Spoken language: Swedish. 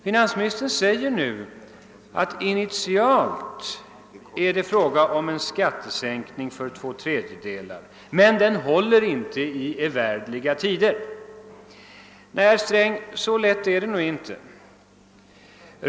Finansministern säger att det i initialläget är fråga om en skattesänkning för två tredjedelar av inkomsttagarna men att det inte kommer att gälla i evärdeliga tider. Nej, herr Sträng, så lätt är det nog inte!